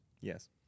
Yes